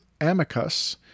Amicus